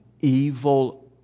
evil